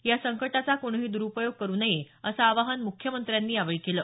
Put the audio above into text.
या संकटाचा कुणीही दुरुपयोग करु नये असं आवाहन त्यांनी यावेळी केलं